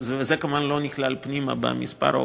זה כמובן לא נכלל במספר העובדים.